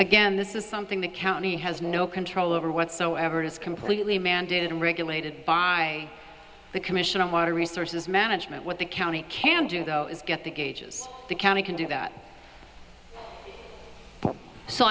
again this is something the county has no control over whatsoever is completely mandated and regulated by the commission on water resources management what the county can do though is get the gauges the county can do that so